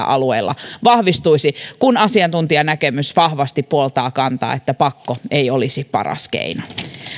alueilla vahvistuisi kun asiantuntijanäkemys vahvasti puoltaa kantaa että pakko ei olisi paras keino